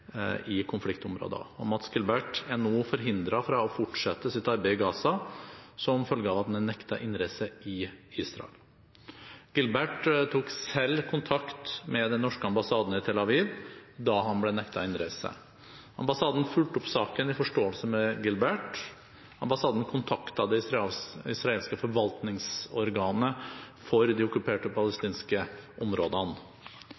i konfliktområder. Mads Gilbert er nå forhindret fra å fortsette sitt arbeid i Gaza som følge av at han er nektet innreise via Israel. Gilbert tok selv kontakt med den norske ambassaden i Tel Aviv da han ble nektet innreise. Ambassaden fulgte opp saken i forståelse med Gilbert. Ambassaden kontaktet det israelske forvaltningsorganet for de okkuperte